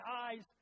eyes